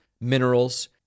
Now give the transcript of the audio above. minerals